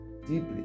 deeply